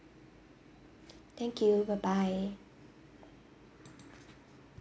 thank you bye bye